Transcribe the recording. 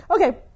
Okay